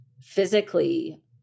physically